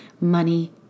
money